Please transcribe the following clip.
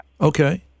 Okay